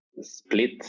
split